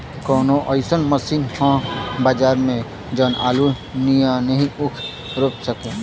कवनो अइसन मशीन ह बजार में जवन आलू नियनही ऊख रोप सके?